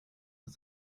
aus